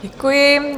Děkuji.